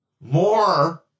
more